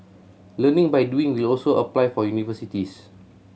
learning by doing will also apply for universities